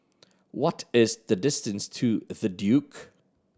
what is the distance to The Duke